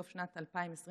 סוף שנת 2022,